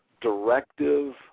directive